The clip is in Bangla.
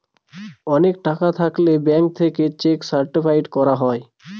অনেক টাকা থাকলে ব্যাঙ্ক থেকে চেক সার্টিফাইড হয়